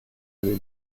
avait